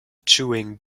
chewing